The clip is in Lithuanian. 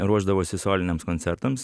ruošdavosi soliniams koncertams